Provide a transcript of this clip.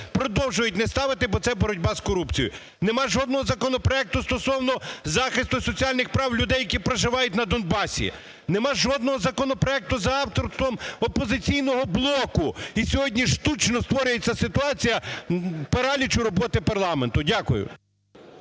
продовжують не ставити, бо це боротьба з корупцією. Нема жодного законопроекту стосовно захисту соціальних прав людей, які проживають на Донбасі; нема жодного законопроекту за авторством "Опозиційного блоку". І сьогодні штучно створюється ситуація паралічу роботи парламенту. Дякую.